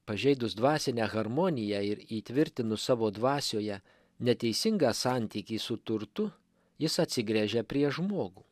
pažeidus dvasinę harmoniją ir įtvirtinus savo dvasioje neteisingą santykį su turtu jis atsigręžia prieš žmogų